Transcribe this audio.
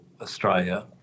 Australia